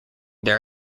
their